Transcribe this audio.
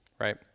right